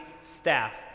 staff